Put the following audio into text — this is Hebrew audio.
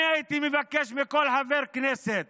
אני הייתי מבקש מכל חבר כנסת